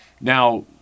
Now